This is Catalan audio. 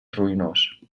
ruïnós